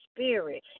Spirit